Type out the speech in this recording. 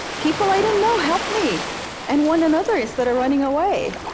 people i didn't know helped me and one another instead of running away.